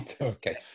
okay